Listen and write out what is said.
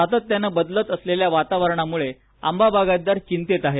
सातत्यानं बदलत असलेल्या वातावरणामुळे आंबा बागायतदार चिंतेत आहे